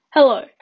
Hello